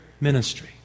ministry